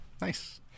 Nice